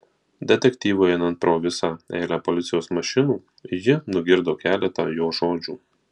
detektyvui einant pro visą eilę policijos mašinų ji nugirdo keletą jo žodžių